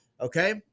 Okay